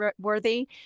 worthy